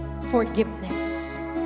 forgiveness